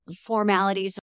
formalities